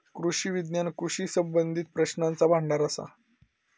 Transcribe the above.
कृषी विज्ञान कृषी संबंधीत प्रश्नांचा भांडार असा